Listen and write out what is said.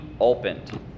opened